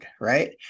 Right